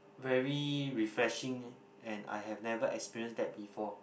very refreshing and I have never experience that before